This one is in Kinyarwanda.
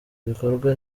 ibikorwa